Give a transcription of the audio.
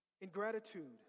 Ingratitude